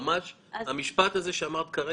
אנחנו מדברים על מה היה קורה אם בימים אלה היינו